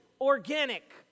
organic